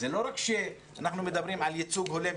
זה לא רק שאנחנו מדברים על ייצוג הולם,